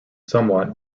somewhat